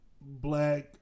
black